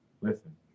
listen